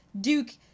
Duke